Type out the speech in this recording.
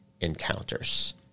encounters